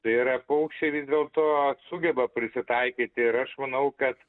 tai yra paukščiai vis dėlto sugeba prisitaikyti ir aš manau kad